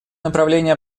направление